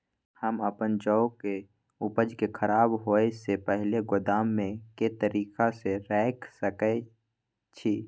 हम अपन जौ के उपज के खराब होय सो पहिले गोदाम में के तरीका से रैख सके छी?